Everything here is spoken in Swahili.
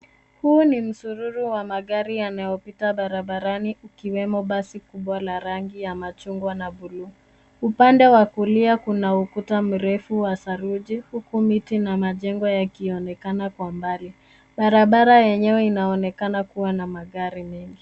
Huu ni mzururo wa magari yanayopita barabarani ikiwemo basi kubwa la rangi ya machungwa na bluu , upande wa kulia kuna ukuta mrefu wa saruji huku miti na majengo yakionekana kwa umbali. Barabara yenyewe inaonekana kuwa na magari mengi.